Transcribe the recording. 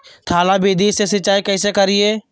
थाला विधि से सिंचाई कैसे करीये?